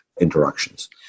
interactions